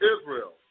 Israel